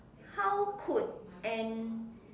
how could an